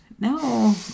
No